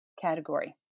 category